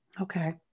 Okay